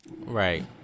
Right